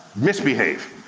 misbehave.